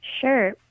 Sure